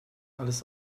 alles